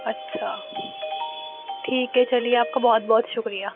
اچھا ٹھیک ہے چلیے آپ کا بہت بہت شکریہ